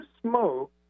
smoke